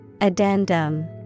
Addendum